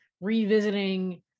revisiting